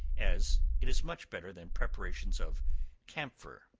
as it is much better than preparations of camphor,